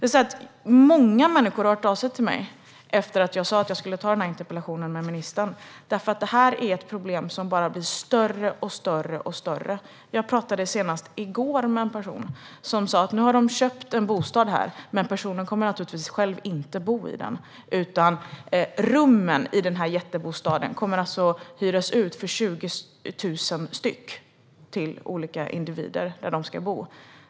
Många människor har hört av sig till mig efter att jag sa att jag skulle ställa den här interpellationen till ministern. Det här är nämligen ett problem som bara blir större och större. Jag talade senast i går med en person som sa att nu har de köpt en bostad, men personen kommer naturligtvis inte att bo i den själv, utan rummen i den här jättebostaden kommer att hyras ut för 20 000 kronor styck till olika individer.